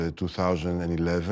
2011